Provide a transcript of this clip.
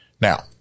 now